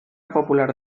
popular